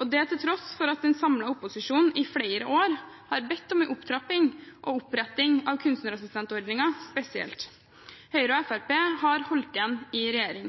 og det til tross for at en samlet opposisjon i flere år har bedt om en opptrapping og oppretting av kunstnerassistentordningen spesielt. Høyre og Fremskrittspartiet har holdt igjen i regjering.